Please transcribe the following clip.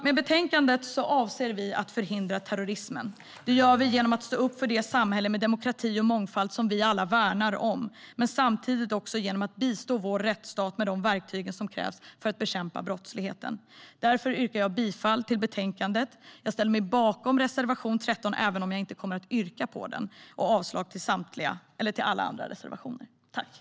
Med betänkandet avser vi att förhindra terrorismen. Det gör vi genom att stå upp för det samhälle med demokrati och mångfald som vi alla värnar om, men samtidigt också genom att bistå vår rättsstat med de verktyg som krävs för att bekämpa brottsligheten. Därför yrkar jag bifall till förslaget till beslut i betänkandet. Jag ställer mig bakom reservation 13, även om jag inte kommer att yrka bifall till den, och yrkar avslag på alla andra reservationer.